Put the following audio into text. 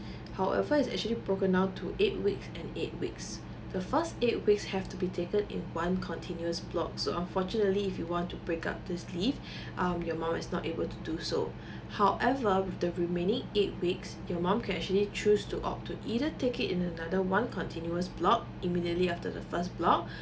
however is actually broken down to eight weeks and eight weeks the first eight weeks have to be taken in one continuous block so unfortunately if you want to break up this leave um your mom is not able to do so however with the remaining eight weeks your mom can actually choose to opt to either take it in another one continuous block immediately after the first block